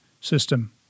system